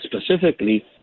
specifically